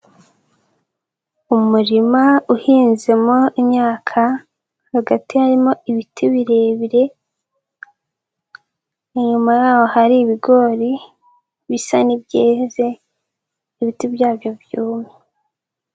Umurima uhinzemo imyaka, hagati harimo ibiti birebire, inyuma yaho hari ibigori bisa n'ibyeze, ibiti byabyo byumye.